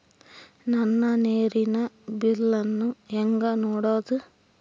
ನನ್ನ ನೇರಿನ ಬಿಲ್ಲನ್ನು ಹೆಂಗ ನೋಡದು?